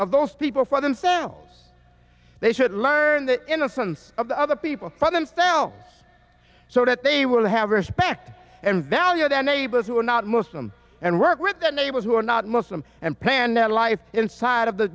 of those people for themselves they should learn the innocence of the other people for themselves so that they will have respect and value their neighbors who are not muslim and work with their neighbors who are not muslim and pan out life inside of the